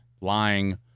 lying